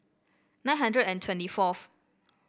nine hundred and twenty fourth